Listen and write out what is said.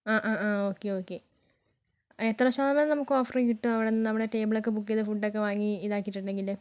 ആ ആ ആ ഓക്കേ ഓക്കേ എത്ര ശതമാനം നമുക്കോഫറ് കിട്ടും അവിടുന്ന് നമ്മൾ ടേബിളൊക്കേ ബുക്ക് ചെയ്താൽ ഫുഡൊക്കേ വാങ്ങി ഇതാക്കിയിട്ടുണ്ടെങ്കിൽ